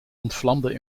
ontvlamde